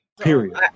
Period